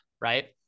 right